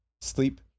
Sleep